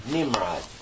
Nimrod